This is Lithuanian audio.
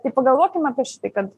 tai pagalvokim apie šitai kad